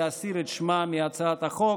להסיר את שמה מהצעת החוק,